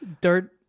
Dirt